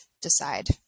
decide